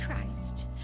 Christ